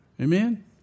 Amen